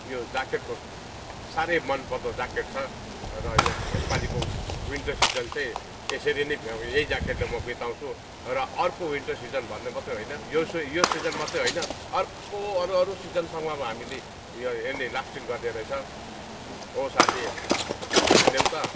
यो ज्याकेटको साह्रै मन पर्दो ज्याकेट छ र यस यसपालिको विनटर सिजन चाहिँ यसरी नै यही ज्याकेटले म बिताउँछु र अर्को विनटर सिजन भन्ने मात्रै होइन यसो यो सिजन मात्रै होइन अर्को अरुअरु सिजनसम्म अब हामीले यो यसले लास्टिङ गर्ने रहेछ ओ साथी सुन्यौ त